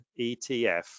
ETF